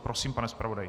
Prosím, pane zpravodaji.